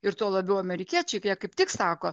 ir tuo labiau amerikiečiai jie kaip tik sako